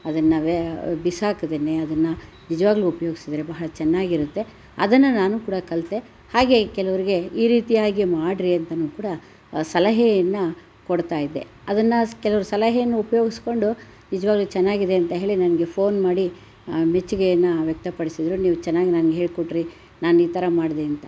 ಅದನ್ನು ವ್ಯಾ ಬಿಸಾಕದೇನೇ ಅದನ್ನು ನಿಜವಾಗ್ಲೂ ಉಪ್ಯೋಗ್ಸಿದ್ರೆ ಬಹಳ ಚೆನ್ನಾಗಿರುತ್ತೆ ಅದನ್ನು ನಾನೂ ಕೂಡ ಕಲಿತೆ ಹಾಗೇ ಕೆಲವರಿಗೆ ಈ ರೀತಿಯಾಗಿ ಮಾಡಿರಿ ಅಂತನೂ ಕೂಡ ಸಲಹೆಯನ್ನು ಕೊಡ್ತಾ ಇದ್ದೆ ಅದನ್ನು ಕೆಲವ್ರು ಸಲಹೆಯನ್ನು ಉಪಯೋಗ್ಸ್ಕೊಂಡು ನಿಜವಾಗಲೂ ಚೆನ್ನಾಗಿದೆ ಅಂತ ಹೇಳಿ ನನಗೆ ಫೋನ್ ಮಾಡಿ ಮೆಚ್ಚುಗೆಯನ್ನು ವ್ಯಕ್ತಪಡಿಸಿದ್ರು ನೀವು ಚೆನ್ನಾಗಿ ನಂಗೆ ಹೇಳಿ ಕೊಟ್ಟಿರಿ ನಾನೂ ಈ ಥರ ಮಾಡಿದೆ ಅಂತ